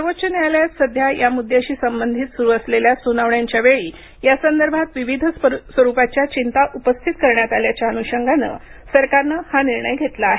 सर्वोच्च न्यायालयात सध्या या मुद्द्याशी संबंधित सुरू असलेल्या सुनावण्यांच्या वेळी यासंदर्भात विविध स्वरुपाच्या चिंता उपस्थित करण्यात आल्याच्या अनुषंगानं सरकारनं हा निर्णय घेतला आहे